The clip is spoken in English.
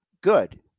good